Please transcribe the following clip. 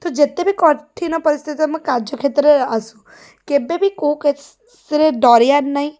ତ ଯେତେ ବି କଠିନ ପରିସ୍ଥିତି ତୁମେ କାର୍ଯ୍ୟକ୍ଷେତ୍ରରେ ଆସୁ କେବେ ବି କେଉଁ କେସ୍ରେ ଡରିବାର ନାହିଁ